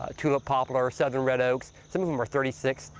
ah tulip poplar, southern red oaks. some of them are thirty six,